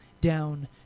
down